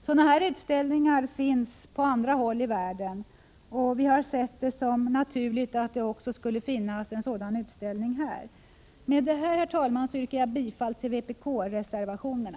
Sådana här utställningar finns på andra håll i världen, och det är naturligt att de också skulle finnas här. Med detta, herr talman, yrkar jag bifall till vpk-reservationerna.